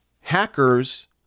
hackers